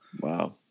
Wow